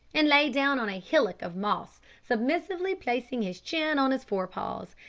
and lay down on a hillock of moss, submissively placing his chin on his fore-paws,